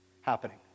happening